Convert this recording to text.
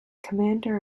commander